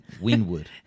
Winwood